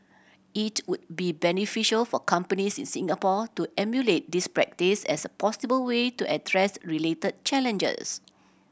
it would be beneficial for companies in Singapore to emulate this practice as a possible way to address related challenges